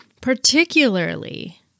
particularly